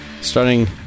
starting